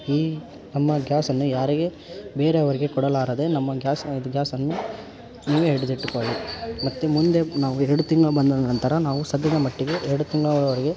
ಈ ನಮ್ಮ ಗ್ಯಾಸನ್ನು ಯಾರಿಗೂ ಬೇರೆಯವರಿಗೆ ಕೊಡಲಾರದೆ ನಮ್ಮ ಗ್ಯಾಸ್ ಇದು ಗ್ಯಾಸನ್ನು ನೀವೇ ಹಿಡಿದಿಟ್ಟುಕೊಳ್ಳಿ ಮತ್ತು ಮುಂದೆ ನಾವು ಎರಡು ತಿಂಗ್ಳು ಬಂದ ನಂತರ ನಾವು ಸದ್ಯದ ಮಟ್ಟಿಗೆ ಎರಡು ತಿಂಗಳವರೆಗೆ